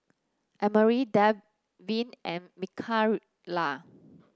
Emery Dalvin and Mikaila